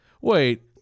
Wait